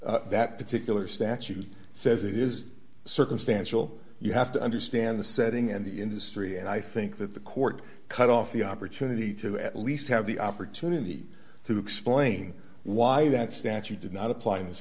that particular statute says it is circumstantial you have to understand the setting and the industry and i think that the court cut off the opportunity to at least have the opportunity to explain why that statute did not apply in this